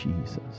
Jesus